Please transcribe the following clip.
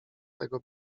tego